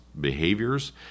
behaviors